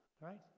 right